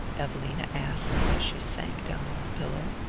evelina asked, as she sank down on the pillow.